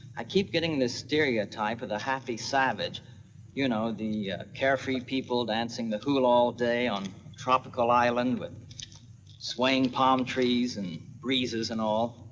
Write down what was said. i keep getting the stereotype of the happy savage you know, the carefree people dancing the hula all day on a tropical island with swaying palm trees and breezes and all.